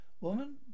Woman